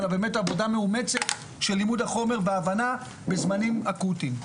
אלא באמת עבודה מאומצת של לימוד החומר והבנה בזמנים אקוטיים.